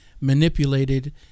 manipulated